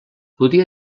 podia